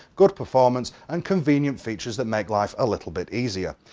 great performance and convenient features that make life a little bit easier.